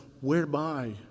whereby